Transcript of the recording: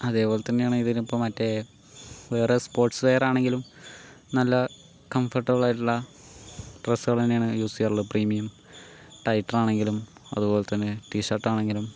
അതേപോലെ തന്നെയാണ് ഇതിനിപ്പോൾ മറ്റേ വേറെ സ്പോർട്സ് വെയർ ആണെങ്കിലും നല്ല കംഫോട്ടബിൾ ആയിട്ടുള്ള ഡ്രസ്സ്കള് തന്നെയാണ് യൂസ് ചെയ്യാറുള്ളത് പ്രീമിയം ടൈറ്ററാണെങ്കിലും അതുപോലെതന്നെ ടി ഷർട്ടാണെങ്കിലും